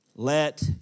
Let